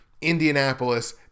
Indianapolis